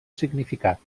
significat